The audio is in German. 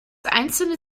einzelne